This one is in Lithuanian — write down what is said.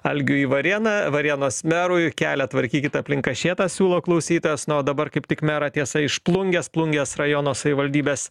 algiui į varėną varėnos merui kelią tvarkykit aplink kašėtą siūlo klausytojas na o dabar kaip tik merą tiesa iš plungės plungės rajono savivaldybės